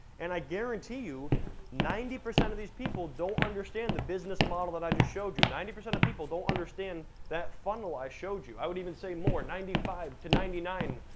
and i guarantee you ninety percent of these people don't understand the business model that i just showed you. ninety percent of people don't understand that funnel i showed you, i would even say more, ninety five to ninety nine,